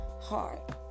heart